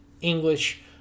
English